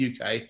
uk